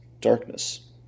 darkness